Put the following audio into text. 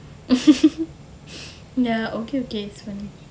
ya okay okay so